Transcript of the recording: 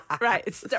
right